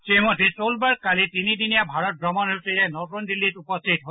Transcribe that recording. শ্ৰীমতী Solberg কালি তিনিদিনীয়া ভাৰত ভ্ৰমণসূচীৰে নতুন দিল্লীত উপস্থিত হয়